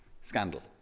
scandal